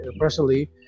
personally